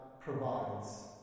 provides